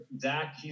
zach